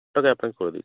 আমি আপনাকে করে দিচ্ছি